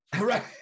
right